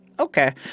Okay